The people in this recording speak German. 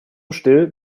still